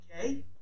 okay